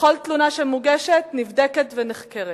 וכל תלונה שמוגשת נבדקת ונחקרת.